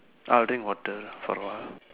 I will drink water for a while